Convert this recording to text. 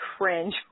cringe